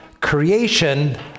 Creation